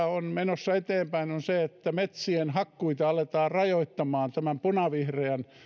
on menossa eteenpäin on se että metsien hakkuita aletaan rajoittamaan tämän punavihreän